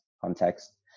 context